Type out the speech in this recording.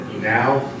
Now